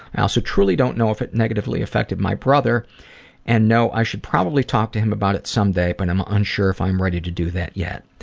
i also truly don't know if it negatively affected my brother and know i should probably talk to him about some day, but i'm unsure if i'm ready to do that yet.